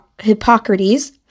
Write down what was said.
Hippocrates